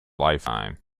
lifetime